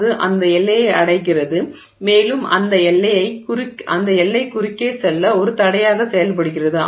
அது அந்த எல்லையை அடைகிறது மேலும் அந்த எல்லை குறுக்கே செல்ல ஒரு தடையாக செயல்படுகிறது